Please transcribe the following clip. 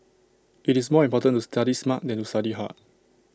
it's more important to study smart than to study hard